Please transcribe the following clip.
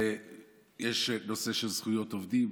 ויש נושא של זכויות עובדים.